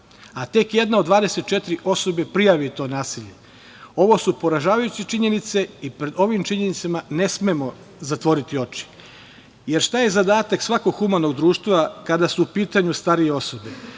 a tek jedna od 24 osobe prijavi to nasilje. Ovo su poražavajuće činjenice i pred ovim činjenicama ne smemo zatvoriti oči jer šta je zadatak svakog humanog društva kada su u pitanju starije osobe?